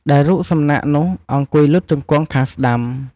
ដែលរូបសំណាក់នោះអង្គុយលុតជង្គង់ខាងស្តាំ។